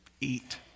eat